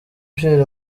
pierre